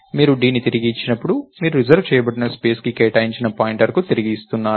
మీరు dని తిరిగి ఇచ్చినప్పుడు మీరు రిజర్వ్ చేయబడిన స్పేస్ కి పాయింటర్ని తిరిగి ఇస్తున్నారు